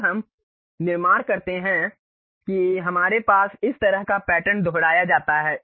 जब हम निर्माण करते हैं कि हमारे पास इस तरह का पैटर्न दोहराया जाता है